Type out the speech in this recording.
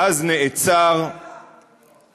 ואז נעצר, אתה חוקר,